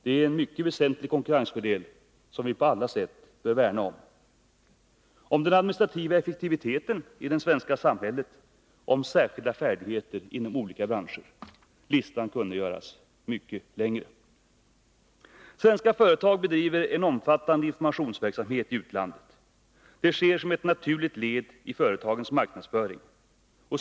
Det är en mycket väsentlig konkurrensfördel, som vi på alla sätt bör värna om. Man kan tala om den administrativa effektiviteten i det svenska samhället och om särskilda färdigheter inom olika branscher. Listan kunde göras mycket längre. Svenska företag bedriver en omfattande informationsverksamhet i utlandet. Det sker som ett naturligt led i företagens marknadsföring.